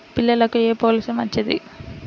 పిల్లలకు ఏ పొలసీ మంచిది?